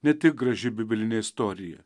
ne tik graži biblinė istorija